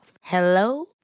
Hello